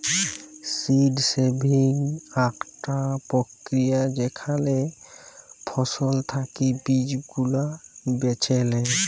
seed saving আকটা প্রক্রিয়া যেখালে ফসল থাকি বীজ গুলা বেছে লেয়